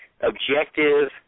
objective